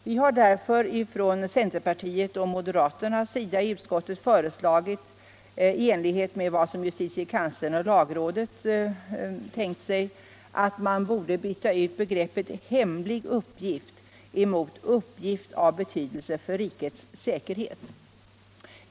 Vi som företräder centerpartiet och moderaterna i utskottet har därför i enlighet med vad justitiekanslern och lagrådet tänkt sig föreslagit att man borde byta ut begreppet ”hemlig uppgift” mot ”uppgift av betydelse för rikets säkerhet”.